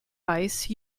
ice